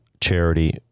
charity